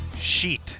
Sheet